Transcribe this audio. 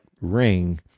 ring